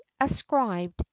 ascribed